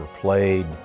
Played